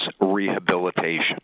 rehabilitation